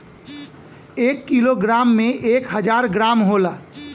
एक kilogram में एक हजार ग्राम होला